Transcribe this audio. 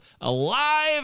alive